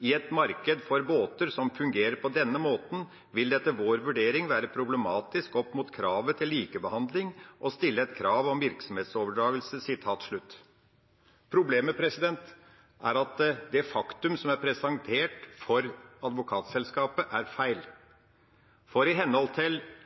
«I et marked for båter som fungerer på denne måten vil det etter vår vurdering være problematisk opp mot kravet til likebehandling å stille et krav om virksomhetsoverdragelse.» Problemet er at det faktumet som er presentert for advokatselskapet, er feil, for i henhold til